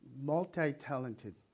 multi-talented